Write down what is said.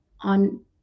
on